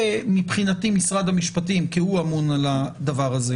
מבחינתי משרד המשפטים כי הוא אמון על הדבר הזה